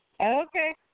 okay